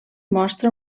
mostra